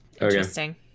Interesting